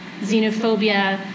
xenophobia